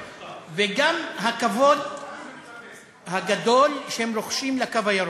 וגם הכבוד הגדול שהם רוחשים לקו הירוק.